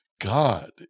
God